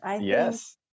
Yes